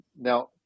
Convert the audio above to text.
Now